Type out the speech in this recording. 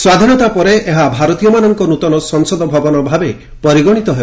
ସ୍ୱାଧୀନତା ପରେ ଏହା ଭାରତୀୟମାନଙ୍କ ନୂତନ ସଂସଦ ଭବନ ଭାବେ ପରିଗଣିତ ହେବ